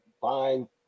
fine